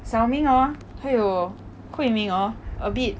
xiao ming hor 还有 hui min hor a bit